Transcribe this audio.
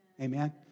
Amen